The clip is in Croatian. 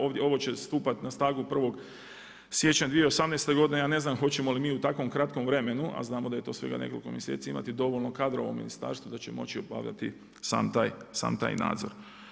Ovo će stupati na snagu 1. siječnja 2018. godine, ja ne znam hoćemo li mi u tako kratkom vremenu, a znamo da je to svega nekoliko mjeseci imati dovoljno kadrova u ministarstvu da će moći obavljati sam taj nadzor.